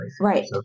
Right